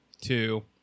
Two